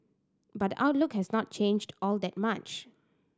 but the outlook has not changed all that much